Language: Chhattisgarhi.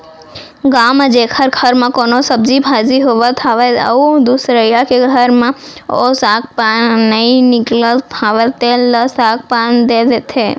गाँव म जेखर घर म कोनो सब्जी भाजी होवत हावय अउ दुसरइया के घर म ओ साग पान नइ निकलत हावय तेन ल साग पान दे देथे